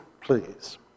please